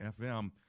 FM